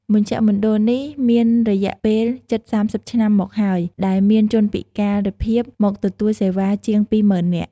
មជ្ឈមណ្ឌលនេះមានរយៈពេលជិត៣០ឆ្នាំមកហើយ ដែលមានជនពិការភាពមកទទួលសេវាជាង២មុឺននាក់។